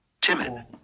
timid